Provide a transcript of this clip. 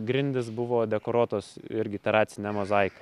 grindys buvo dekoruotos irgi teracine mozaika